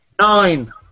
Nine